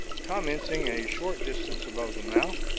commencing a short distance above the mouth,